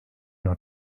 nur